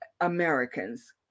americans